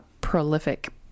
prolific